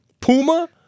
Puma